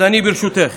ברשותך: